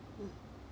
mm